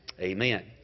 amen